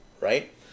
right